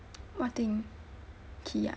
what thing key ah